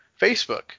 Facebook